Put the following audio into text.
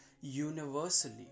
universally